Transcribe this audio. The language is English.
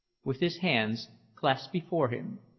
with his hands clasped before him,